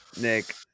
nick